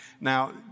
Now